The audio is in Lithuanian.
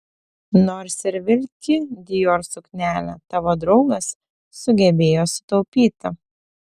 nors ir vilki dior suknelę tavo draugas sugebėjo sutaupyti